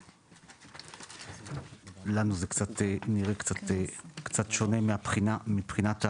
לנו זה נראה קצת שונה מבחינת המנגנון.